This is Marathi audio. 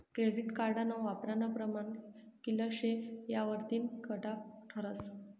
क्रेडिट कार्डना वापरानं प्रमाण कित्ल शे यावरतीन कटॉप ठरस